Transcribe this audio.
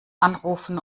anrufen